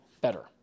better